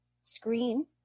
screen